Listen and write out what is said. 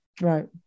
Right